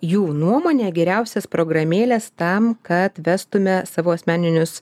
jų nuomone geriausias programėles tam kad vestume savo asmeninius